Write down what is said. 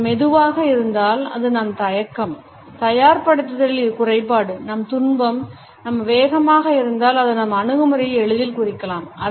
அது மெதுவாக இருந்தால் அது நம் தயக்கம் தயார்படுத்தலின் குறைபாடு நம் துன்பம் அது வேகமாக இருந்தால் அது நம் அணுகுமுறையை எளிதில் குறிக்கலாம்